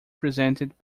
presented